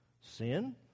Sin